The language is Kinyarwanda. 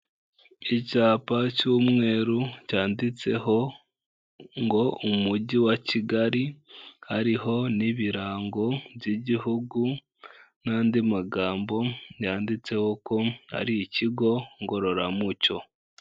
Icyapa cy'umweru cyanditseho ngo umujyi wa Kigali, hariho n'ibirango by'igihugu n'andi magambo yanditseho ko ari ikigo ngororamuco.